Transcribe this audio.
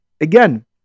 Again